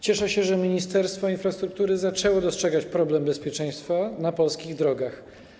Cieszę się, że Ministerstwo Infrastruktury zaczęło dostrzegać problem bezpieczeństwa na polskich drogach.